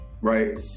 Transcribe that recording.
right